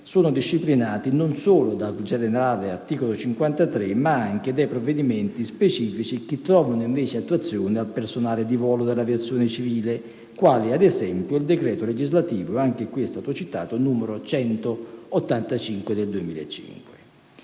sono disciplinati non solo dal generale articolo 53, ma anche da provvedimenti specifici che trovano invece attuazione per il personale di volo dell'aviazione civile, quali ad esempio il decreto legislativo n. 185 del 2005,